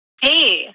Hey